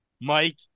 Mike